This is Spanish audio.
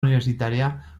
universitaria